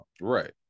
Right